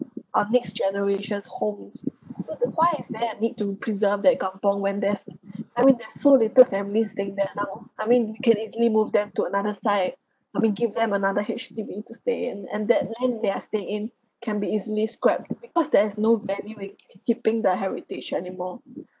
our next generations homes so the why is there a need to preserve that kampung when there's I mean there's so little families staying there now I mean you can easily move them to another side I mean give them another H_D_B to stay and and that land they are staying in can be easily scrap because there's no value in kee~ keeping the heritage anymore